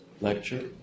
lecture